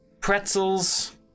pretzels